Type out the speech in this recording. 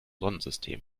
sonnensystem